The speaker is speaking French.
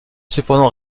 cependant